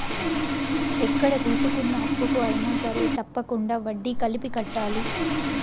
ఎక్కడ తీసుకున్న అప్పుకు అయినా సరే తప్పకుండా వడ్డీ కలిపి కట్టాలి